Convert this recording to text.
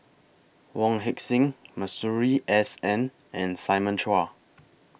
Wong Heck Sing Masuri S N and Simon Chua